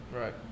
Right